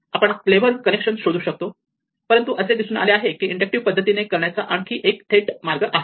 आपण हे clever connection शोधू शकतो परंतु असे दिसून आले की ते इंडक्टिव्ह पद्धतीने करण्याचा आणखी एक थेट मार्ग आहे